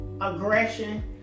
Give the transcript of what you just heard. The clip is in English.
aggression